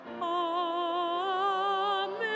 Amen